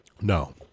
No